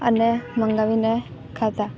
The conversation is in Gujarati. અને મંગાવીને ખાતા